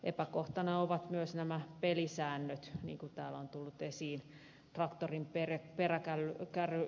epäkohtana ovat myös pelisäännöt niin kuin täällä on tullut esiin